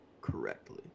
correctly